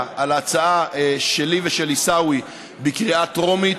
על ההצעה שלי ושל עיסאווי בקריאה טרומית,